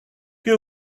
you